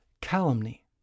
calumny